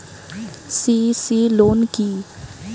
CC loan কি?